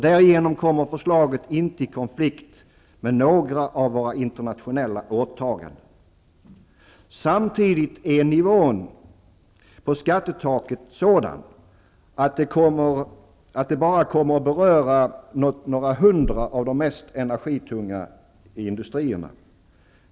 Därigenom kommer förslaget inte i konflikt med några av våra internationella åtaganden. Samtidigt är nivån på skattetaket sådan, att det bara kommer att beröra några hundra av de mest energitunga industrierna.